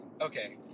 okay